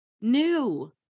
new